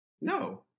No